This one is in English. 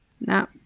No